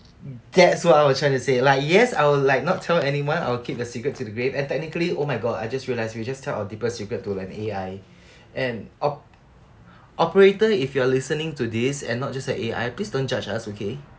that's what I was trying to say like yes I will like not tell anyone I'll keep the secret to the grave and technically oh my god I just realised we just tell our deepest secret to an A_I and op~ operator if you're listening to this and not just a A_I please don't judge us okay